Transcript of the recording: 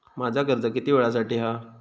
माझा कर्ज किती वेळासाठी हा?